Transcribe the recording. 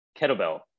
kettlebell